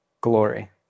glory